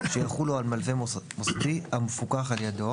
שיחולו על מלווה מוסדי המפוקח על ידו